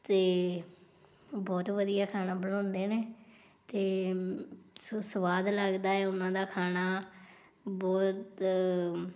ਅਤੇ ਬਹੁਤ ਵਧੀਆ ਖਾਣਾ ਬਣਾਉਂਦੇ ਨੇ ਅਤੇ ਮ ਸੋ ਸਵਾਦ ਲੱਗਦਾ ਹੈ ਉਨ੍ਹਾਂ ਦਾ ਖਾਣਾ ਬਹੁਤ